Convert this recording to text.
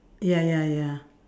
ya ya ya